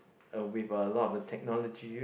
uh with a lot of technology